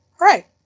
Right